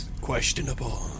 Questionable